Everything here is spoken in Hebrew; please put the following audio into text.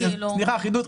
אוקיי, סליחה, חידוד.